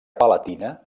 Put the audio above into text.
palatina